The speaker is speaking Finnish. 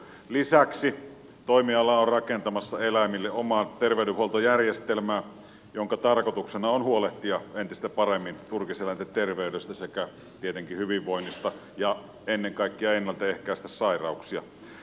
lisäksi toimiala on rakentamassa eläimille omaa terveydenhuoltojärjestelmää jonka tarkoituksena on huolehtia entistä paremmin turkiseläinten terveydestä sekä tietenkin hyvinvoinnista ja ennen kaikkea ennaltaehkäistä sairauksia